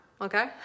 okay